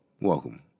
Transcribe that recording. welcome